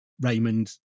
Raymond